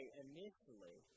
initially